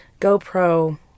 GoPro